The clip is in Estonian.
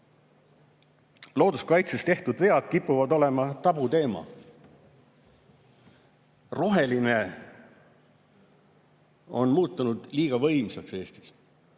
"Looduskaitses tehtud vead kipuvad olema tabuteema." Roheline on muutunud liiga võimsaks Eestis. Ma